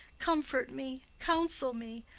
comfort me, counsel me.